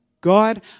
God